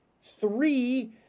Three